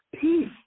peace